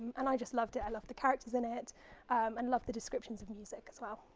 and i just loved it. i loved the characters in it and loved the descriptions and music as well.